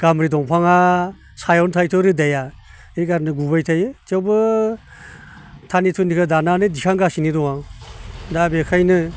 गामब्रि दंफांआ सायावनो थायोथ' रोदाया बेनिखायनो गुबाय थायो थेवबो थानि थुनिखौ दाननानै दिखांगासिनो दं आं दा बेखायनो